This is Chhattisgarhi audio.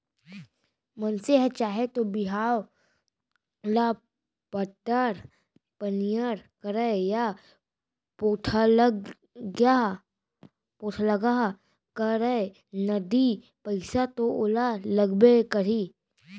मनसे ह चाहे तौ बिहाव ल पातर पनियर करय या पोठलगहा करय नगदी पइसा तो ओला लागबे करही